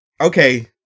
Okay